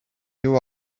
you